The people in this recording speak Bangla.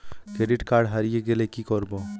ক্রেডিট কার্ড হারিয়ে গেলে কি করব?